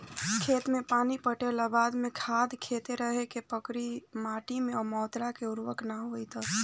खेत मे पानी पटैला के बाद भी खाद देते रहे के पड़ी यदि माटी ओ मात्रा मे उर्वरक ना होई तब?